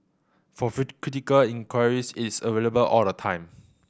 for critical inquiries it's available all the time